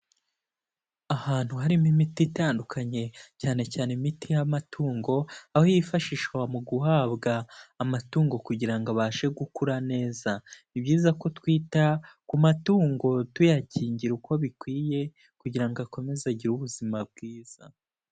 Ahantu harimo imiti itandukanye, cyane cyane imiti y'amatungo, aho yifashishwa mu guhabwa amatungo kugira ngo abashe gukura neza. Ni byiza ko twita, ku matungo tuyakingira uko bikwiye, kugira ngo akomeze agire ubuzima bwiza.